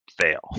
fail